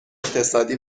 اقتصادی